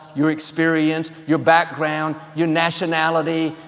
your experience, your background, your nationality.